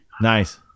Nice